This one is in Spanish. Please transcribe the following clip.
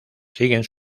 siguen